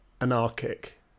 anarchic